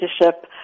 leadership